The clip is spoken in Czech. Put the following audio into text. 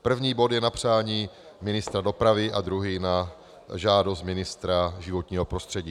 První bod je na přání ministra dopravy a druhý na žádost ministra životního prostředí.